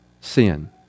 sin